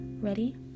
Ready